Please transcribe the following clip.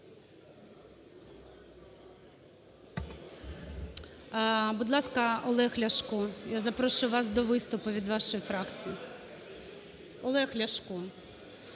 Будь ласка, Олег Ляшко. Я запрошую вас до виступу від вашої фракції. Олег Ляшко!